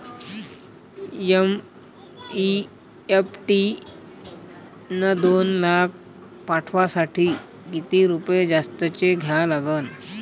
NEFT न दोन लाख पाठवासाठी किती रुपये जास्तचे द्या लागन?